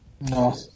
no